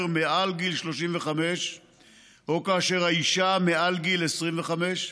מעל גיל 35 או כאשר האישה מעל גיל 25,